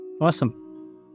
awesome